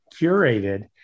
Curated